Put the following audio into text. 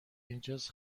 اینجاس